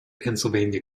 pennsylvania